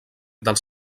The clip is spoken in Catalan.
dels